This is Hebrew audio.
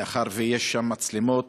מאחר שיש שם מצלמות